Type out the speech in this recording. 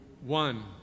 one